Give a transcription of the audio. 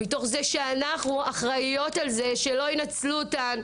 מתוך זה שאנחנו אחראיות על זה שלא ינצלו אותן,